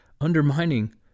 undermining